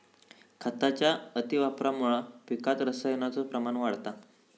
खताच्या अतिवापरामुळा पिकात रसायनाचो प्रमाण वाढता